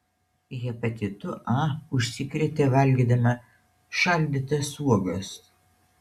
hepatitu a užsikrėtė valgydama šaldytas uogas